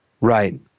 Right